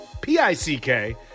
P-I-C-K